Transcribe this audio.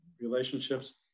relationships